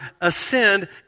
ascend